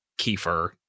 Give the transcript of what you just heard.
Kiefer